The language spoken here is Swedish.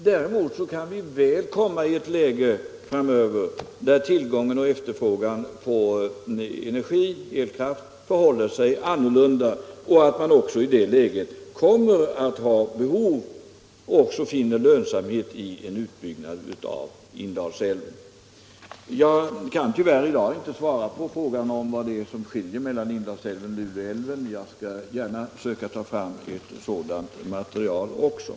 Däremot kan vi väl komma i ett läge framöver där tillgången och efterfrågan på elkraft ter sig annorlunda och där man har behov av och finner lönsamhet i en utbyggnad av Indalsälven. Jag kan tyvärr i dag inte svara på frågan om vad det är som skiljer mellan Indalsälven och Lule älv, men jag skall gärna försöka ta fram ett sådant material också.